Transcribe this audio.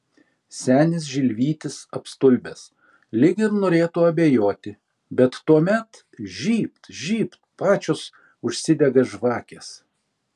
senis žilvytis apstulbęs lyg ir norėtų abejoti bet tuomet žybt žybt pačios užsidega žvakės